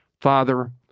father